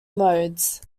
modes